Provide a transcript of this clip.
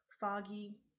foggy